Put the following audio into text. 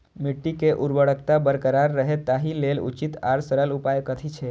मिट्टी के उर्वरकता बरकरार रहे ताहि लेल उचित आर सरल उपाय कथी छे?